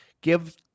give